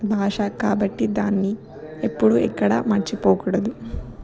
భాష కాబట్టి దాన్ని ఎప్పుడూ ఎక్కడ మర్చిపోకూడదు